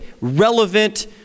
relevant